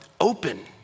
open